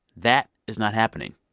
that is not happening.